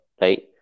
right